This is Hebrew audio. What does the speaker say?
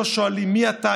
לא שואלים מי אתה,